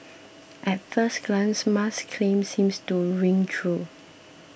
at first glance Musk's claim seems to ring true